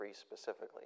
specifically